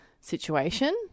situation